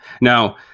now